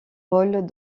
rôles